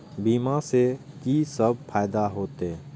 बीमा से की सब फायदा होते?